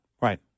Right